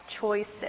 choices